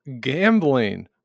gambling